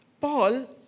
Paul